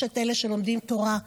יש את אלה שלומדים תורה.